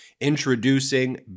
introducing